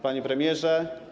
Panie Premierze!